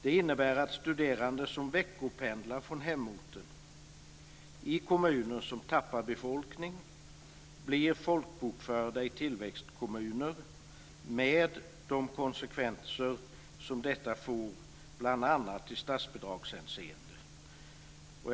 Det innebär att studerande som veckopendlar från hemorten i kommuner som tappar befolkning blir folkbokförda i tillväxtkommuner med de konsekvenser som detta får bl.a. i statsbidragshänseende.